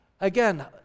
Again